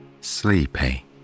sleepy